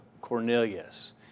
Cornelius